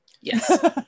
Yes